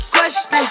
Question